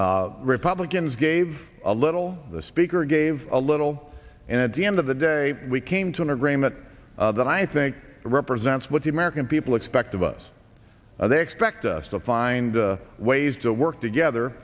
perfect republicans gave a little the speaker gave a little and at the end of the day we came to an agreement that i think represents what the american people expect of us now they expect us to find ways to work together